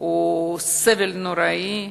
הוא סבל נוראי,